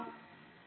Thank You